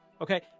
Okay